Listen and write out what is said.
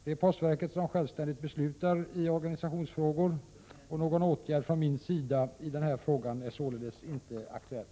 Det är postverket som självständigt beslutar i organisationsfrågor. Någon åtgärd från min sida i denna fråga är således inte aktuell.